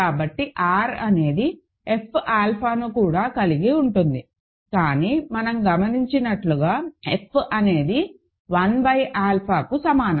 కాబట్టి R అనేది F ఆల్ఫాను కూడా కలిగి ఉంటుంది కానీ మనం గమనించినట్లుగా F అనేది 1 బై ఆల్ఫాకి సమానం